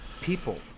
people